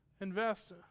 invest